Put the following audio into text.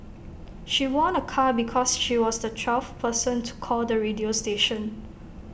she won A car because she was the twelfth person to call the radio station